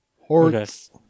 Horse